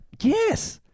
Yes